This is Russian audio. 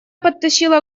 подтащила